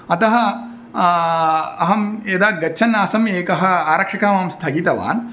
अतः अहं यदा गच्छन् आसम् एकः आरक्षकः मां स्थगितवान्